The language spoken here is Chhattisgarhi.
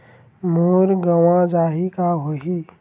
मोर गंवा जाहि का होही?